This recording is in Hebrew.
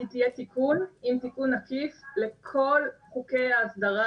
היא תהיה תיקון עם תיקון עקיף לכל חוקי ההסדרה